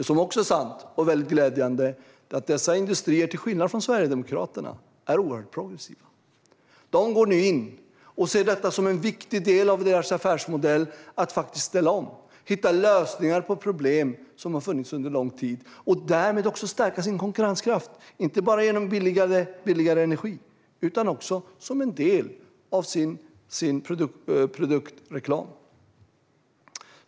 Något annat som är sant, och väldigt glädjande, är att dessa industrier till skillnad från Sverigedemokraterna är oerhört progressiva. De går nu in och ser det som en viktig del av sin affärsmodell att faktiskt ställa om och hitta lösningar på problem som har funnits under lång tid. Därmed stärker de också sin konkurrenskraft, inte bara genom billigare energi utan även som en del av sin produktreklam.